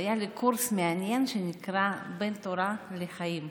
והיה לי קורס מעניין שנקרא "בין תורה לחיים".